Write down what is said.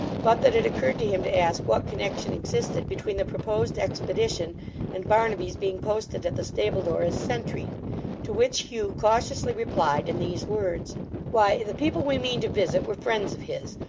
but that it occurred to him to ask what connection existed between the proposed expedition and barnaby's being posted at the stable-door as sentry to which hugh cautiously replied in these words why, the people we mean to visit, were friends of his,